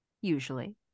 Usually